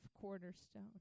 cornerstone